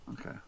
okay